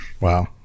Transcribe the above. Wow